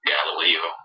Galileo